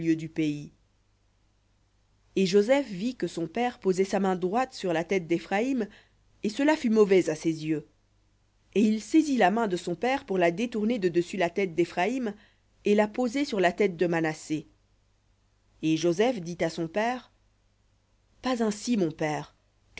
et joseph vit que son père posait sa main droite sur la tête d'éphraïm et cela fut mauvais à ses yeux et il saisit la main de son père pour la détourner de dessus la tête d'éphraïm sur la tête de manassé et joseph dit à son père pas ainsi mon père